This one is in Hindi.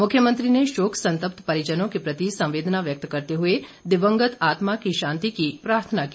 मुख्यमंत्री ने शोक संतप्त परिजनों के प्रति संवेदना व्यक्त करते हुए दिवंगत आत्मा की शांति की प्रार्थना की